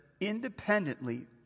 independently